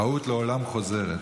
טעות לעולם חוזרת.